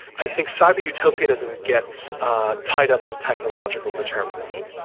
i think cyber-utopianism gets tied up with technological determinism.